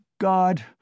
God